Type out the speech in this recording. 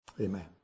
Amen